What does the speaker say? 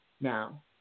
Now